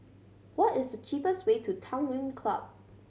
what is the cheapest way to Tanglin Club